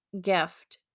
gift